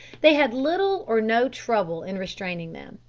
they had little or no trouble in restraining them.